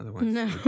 No